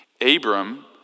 Abram